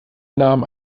nahm